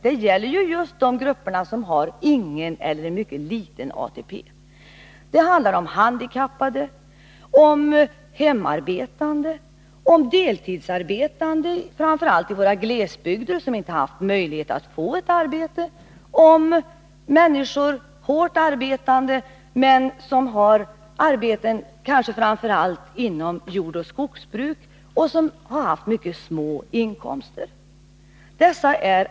Det är alltså fråga om grupper som har ingen eller mycket liten ATP — handikappade, hemarbetande, deltidsarbetande i framför allt våra glesbygder, dvs. människor som inte haft möjlighet att få ett heltidsarbete, hårt arbetande människor inom framför allt jordoch skogsbruk som haft mycket små inkomster osv.